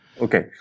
Okay